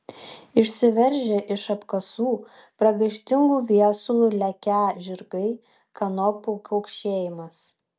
išsiveržę iš apkasų pragaištingu viesulu lekią žirgai kanopų kaukšėjimas